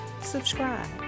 subscribe